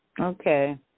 Okay